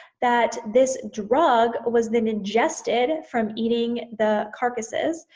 that this drug was then ingested from eating the carcasses,